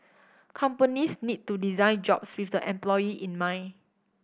companies need to design jobs with the employee in mind